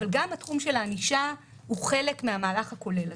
אבל גם תחום הענישה הוא חלק מן המהלך הכולל.